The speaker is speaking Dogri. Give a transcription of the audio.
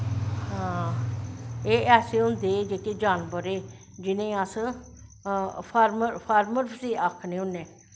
हां एह् ऐसे होंदे जेह्के जानवर जेह्के जिनेंगी अस पार्मर जिनेंगी आक्खनें होन्ने आं